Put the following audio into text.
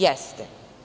Jeste!